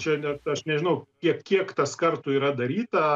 čia net aš nežinau kiek kiek tas kartų yra daryta